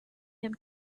him